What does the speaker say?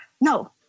No